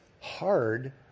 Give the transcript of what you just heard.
hard